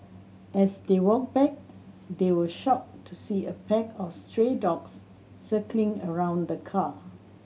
as they walked back they were shocked to see a pack of stray dogs circling around the car